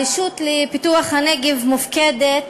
הרשות לפיתוח הנגב מופקדת,